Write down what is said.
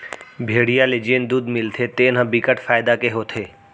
भेड़िया ले जेन दूद मिलथे तेन ह बिकट फायदा के होथे